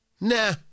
Nah